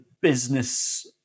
business